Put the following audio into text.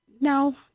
No